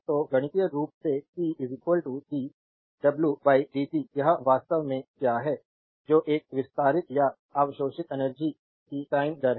तो गणितीय रूप से p dw dt यह वास्तव में क्या है जो एक विस्तारित या अवशोषित एनर्जी की टाइम दर है